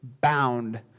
bound